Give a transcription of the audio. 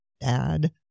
dad